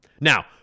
now